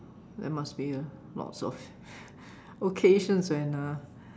there must be a lots of okay so then uh